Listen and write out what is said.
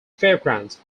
fairgrounds